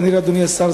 אדוני השר,